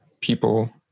people